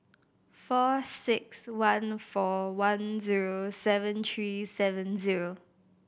four six one four one zero seven three seven zero